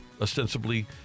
ostensibly